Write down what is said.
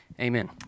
Amen